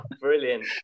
Brilliant